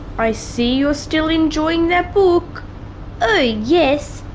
i see you're still enjoying that book oh yes!